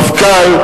מפכ"ל,